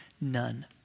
none